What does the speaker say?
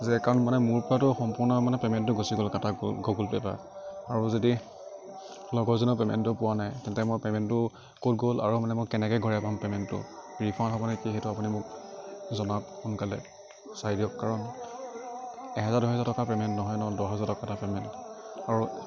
যে একাউণ্ট মানে মোৰ পৰাটো সম্পূৰ্ণ মানে পে'মেণ্টটো গুচি গ'ল কাটা গ'ল গুগুল পে'ৰ পৰা আৰু যদি লগৰ জনে পে'মেণ্টটো পোৱা নাই তেন্তে মই পেমেণ্টটো ক'ত গ'ল আৰু মানে মই কেনেকে ঘূৰাই পাম পে'মেণ্টটো ৰীফাণ্ড হ'ব নে কি সেইটো আপুনি মোক জনাওঁক সোনকালে চাই দিয়ক কাৰণ এহেজাৰ দুহেজাৰ টকাৰ পে'মেণ্ট নহয় ন দহহাজাৰ টকাৰ পে'মেণ্ট আৰু